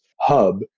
hub